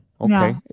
okay